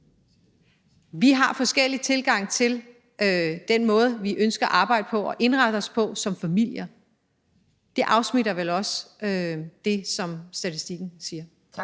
Vi har forskellige tilgange til den måde, vi ønsker at arbejde og indrette os på som familier. Det har vel også en afsmitning på det, som statistikken siger.